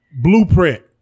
Blueprint